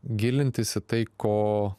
gilintis į tai ko